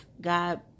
God